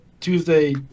Tuesday